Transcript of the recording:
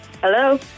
Hello